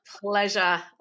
pleasure